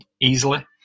easily